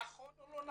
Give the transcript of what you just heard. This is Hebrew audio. נכונה או לא.